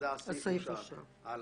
אין סעיף 7א התקבל.